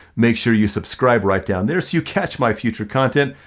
make sure you subscribe right down there so you catch my future content.